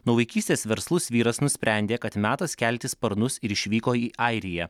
nuo vaikystės verslus vyras nusprendė kad metas kelti sparnus ir išvyko į airiją